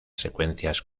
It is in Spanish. secuencias